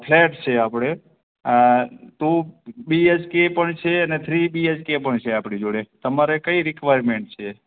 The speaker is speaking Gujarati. ફ્લૅટ છે આપણે ટુ બી એચ કે પણ છે અને થ્રી બી એચ કે પણ છે આપણી જોડે તમારે કઈ રિક્વાયરમૅન્ટ છે